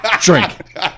Drink